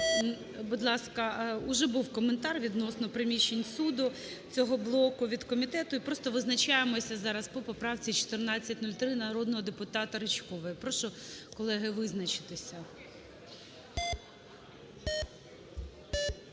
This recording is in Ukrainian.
Будь ласка, уже був коментар відносно приміщень суду, цього блоку, від комітету, і просто визначаємося зараз по поправці 1403 народного депутата Ричкової. Прошу, колеги, визначитися.